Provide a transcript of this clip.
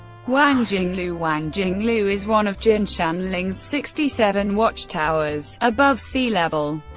wangjinglou wangjing lou is one of jinshanling's sixty seven watchtowers, above sea level.